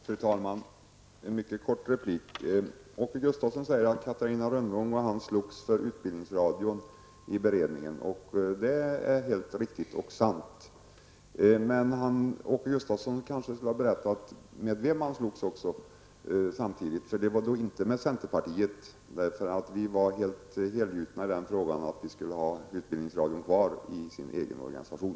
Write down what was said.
Fru talman! Åke Gustavsson sade att han och Catarina Rönnung slogs för Utbildningsradion i beredningen. Det är helt riktigt. Men Åke Gustavsson kanske samtidigt skulle ha berättat mot vem han slogs. Det var inte centerpartiet. Vi var helgjutna i frågan om att Utbildningsradion skulle vara kvar i sin egen organisation.